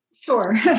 Sure